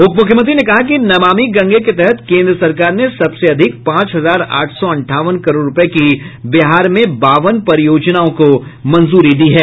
उप मुख्यमंत्री ने कहा कि नमामि गंगे के तहत केन्द्र सरकार ने सबसे अधिक पांच हजार आठ सौ अंठावन करोड़ रूपये की बिहार में बावन परियोजनाओं को मंजूरी दी है